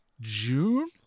June